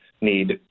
need